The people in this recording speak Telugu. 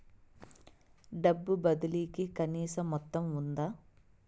డబ్బు బదిలీ కి కనీస మొత్తం ఉందా?